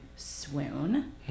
Swoon